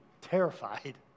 terrified